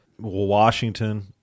Washington